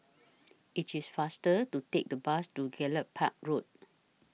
IT IS faster to Take The Bus to Gallop Park Road